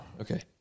Okay